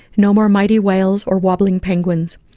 no more mighty whales or wobbling penguins.